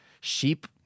sheep